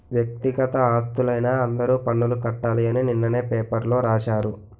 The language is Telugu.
వ్యక్తిగత ఆస్తులైన అందరూ పన్నులు కట్టాలి అని నిన్ననే పేపర్లో రాశారు